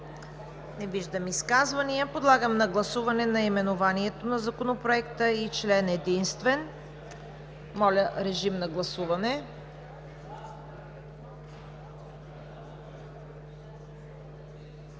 Не виждам изказвания. Подлагам на гласуване наименованието на Законопроекта и Член единствен. Гласували